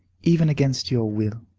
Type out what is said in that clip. even against your will.